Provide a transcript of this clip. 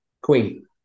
Queen